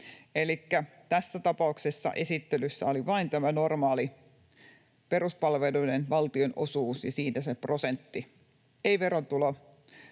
Elikkä tässä tapauksessa esittelyssä oli vain tämä normaali peruspalveluiden valtionosuus ja siinä se prosentti, ei